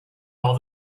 all